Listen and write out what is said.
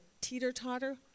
teeter-totter